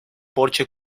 porche